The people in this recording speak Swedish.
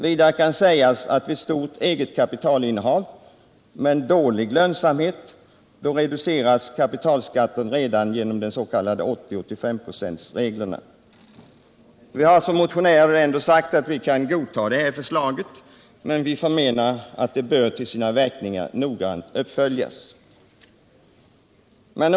Vidare kan sägas att det vid stort eget kapitalinnehav men dålig lönsamhet blir en reducering av kapitalskatten redan genom den nu gällande s.k. 80/85 procentsregeln. Vi motionärer har ändå sagt att vi kan godta detta förslag, men vi anser att det till sina verkningar noga bör följas upp.